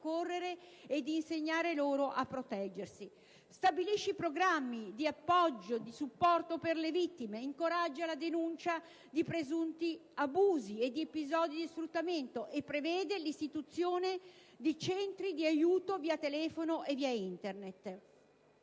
correre e di insegnare loro a proteggersi; stabilisce programmi di supporto per le vittime, incoraggia la denuncia di presunti abusi e di episodi di sfruttamento e prevede l'istituzione di centri di aiuto via telefono e via Internet.